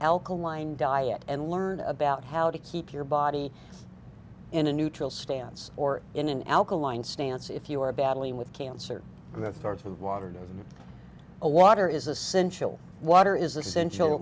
alkaline diet and learn about how to keep your body in a neutral stance or in an alkaline stance if you are battling with cancer and the third from water a water is essential water is essential